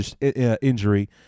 injury